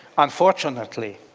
unfortunately,